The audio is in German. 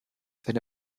eine